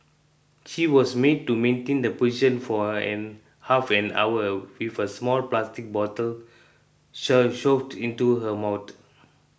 she was made to maintain the position for half an hour with a small plastic bottle shoved into her mouth